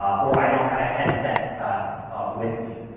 or i don't have a headset with me.